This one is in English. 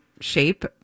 shape